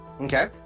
Okay